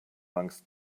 angst